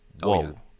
whoa